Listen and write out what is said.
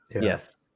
Yes